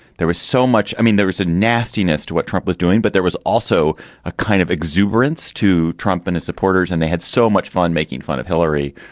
there was so much i mean there was a nastiness to what trump was doing but there was also a kind of exuberance to trump and his supporters and they had so much fun making fun of hillary.